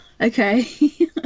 okay